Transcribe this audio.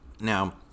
Now